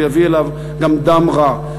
ויביא אליו גם דם רע.